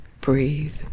Breathe